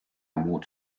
muud